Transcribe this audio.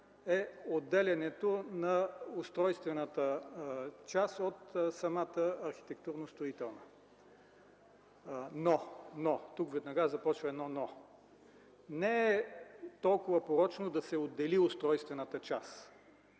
е отделянето на устройствената част от самата архитектурно-строителна. Но – тук веднага започва едно „но”, не е толкова порочно да се отдели устройствената част.